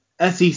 SEC